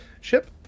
ship